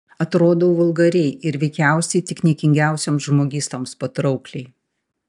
atrodau vulgariai ir veikiausiai tik niekingiausioms žmogystoms patraukliai